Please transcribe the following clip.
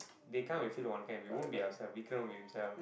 they come we feel no one care we won't be ourself Vikram will be himself